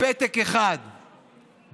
פתק אחד בקלפי,